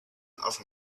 offer